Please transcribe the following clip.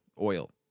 oil